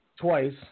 twice